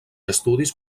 estudis